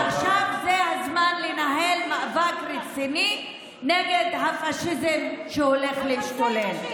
עכשיו זה הזמן לנהל מאבק רציני נגד הפשיזם שהולך להשתולל.